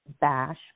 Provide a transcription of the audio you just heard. bash